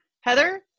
Heather